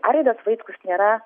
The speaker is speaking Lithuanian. arvydas vaitkus nėra